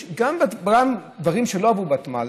יש גם דברים שלא עברו ותמ"ל,